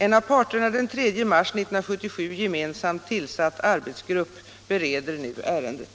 En av parterna den 3 mars 1977 gemensamt tillsatt arbetsgrupp bereder nu ärendet.